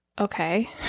okay